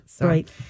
right